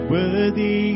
Worthy